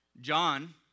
John